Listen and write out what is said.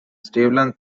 stapleton